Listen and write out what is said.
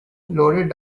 loaded